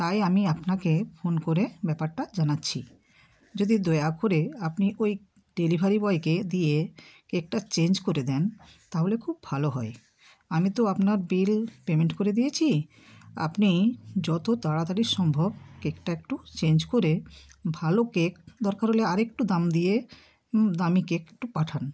তাই আমি আপনাকে ফোন করে ব্যাপারটা জানাচ্ছি যদি দয়া করে আপনি ওই ডেলিভারি বয়কে দিয়ে কেকটা চেঞ্জ করে দেন তাহলে খুব ভালো হয় আমি তো আপনার বিল পেমেন্ট করে দিয়েছি আপনি যতো তাড়াতাড়ি সম্ভব কেকটা একটু চেঞ্জ করে ভালো কেক দরকার হলে আর একটু দাম দিয়ে দামি কেক একটু পাঠান